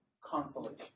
consolation